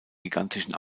gigantischen